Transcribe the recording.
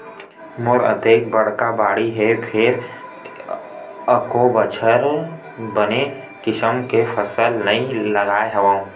मोर अतेक बड़का बाड़ी हे फेर एको बछर बने किसम ले फसल नइ उगाय हँव